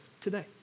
today